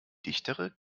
dichtere